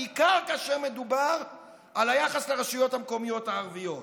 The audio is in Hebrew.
בעיקר כאשר מדובר על היחס לרשויות המקומיות הערביות.